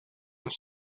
have